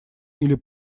или